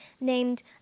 named